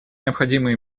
необходимые